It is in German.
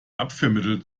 abführmittel